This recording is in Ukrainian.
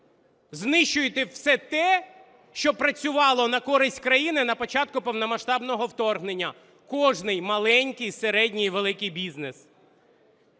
знищуєте все те, що працювало на користь країни на початку повномасштабного вторгнення, кожний маленький, середній і великий бізнес.